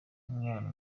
umwana